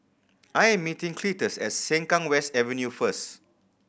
I am meeting Cletus at Sengkang West Avenue first